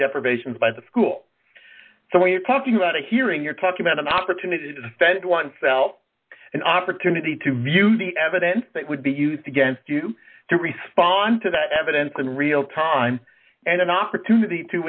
deprivations by the school so when you're talking about a hearing you're talking about an opportunity to send oneself an opportunity to view the evidence that would be used against you to respond to that evidence in real time and an opportunity to